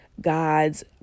God's